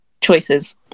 choices